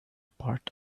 part